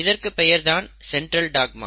இதற்கு பெயர் தான் சென்ட்ரல் டாக்மா